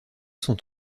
sont